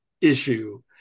issue